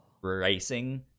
racing